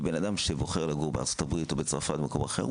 ובן אדם שבוחר לגור בארצות הברית או בצרפת או במקום אחר,